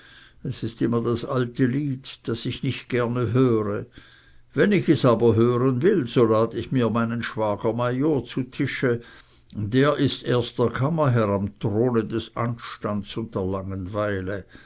es ist immer das alte lied das ich nicht gerne höre wenn ich es aber hören will so lad ich mir meinen schwager major zu tische der ist erster kammerherr am throne des anstands und der langenweile